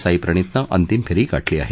साईप्रणितनं अंतिम फेरी गाठली आहे